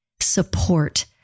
support